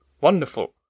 wonderful